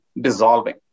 dissolving